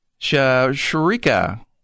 Sharika